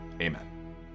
Amen